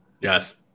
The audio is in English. yes